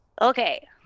Okay